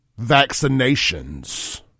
vaccinations